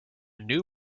new